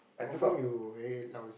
often you very lousy